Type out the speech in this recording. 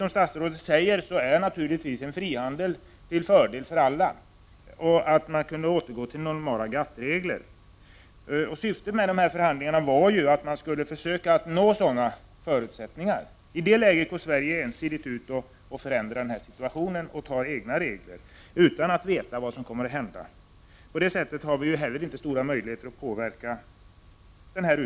Som statsrådet säger är naturligtvis frihandel och återgång till normala GATT-regler till fördel för alla. Syftet med förhandlingarna var att man skulle försöka nå sådana förutsättningar. I det läget går Sverige ensidigt ut och förändrar situationen och beslutar om egna regler, utan att man vet vad som kommer att hända. Genom att handla på det sättet har vi inte heller stora möjligheter att påverka utvecklingen.